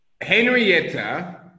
Henrietta